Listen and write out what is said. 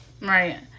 Right